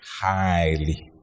highly